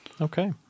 Okay